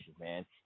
man